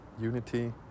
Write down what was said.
Unity